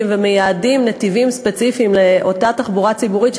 ומייעדים נתיבים ספציפיים לתחבורה ציבורית,